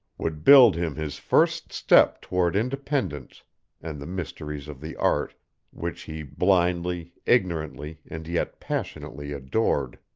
would build him his first step toward independence and the mysteries of the art which he blindly, ignorantly, and yet passionately adored.